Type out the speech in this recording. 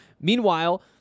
Meanwhile